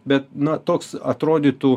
bet na toks atrodytų